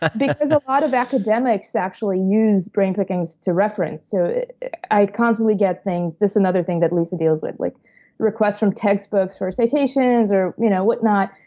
because a lot of academics actually use brain pickings to reference, so i constantly get things this is another thing that lisa deals with like request from textbooks or citations, or you know whatnot.